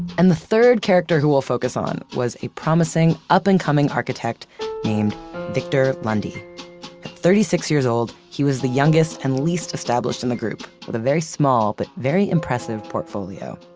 and the third character who we'll focus on was a promising up-and-coming architect named victor lundy. at thirty six years old, he was the youngest and least established in the group with a very small but very impressive portfolio